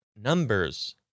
Numbers